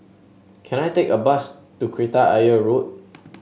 can I take a bus to Kreta Ayer Road